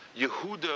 Yehuda